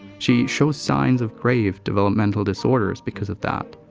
she shows signs of grave developmental disorders because of that.